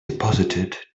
deposited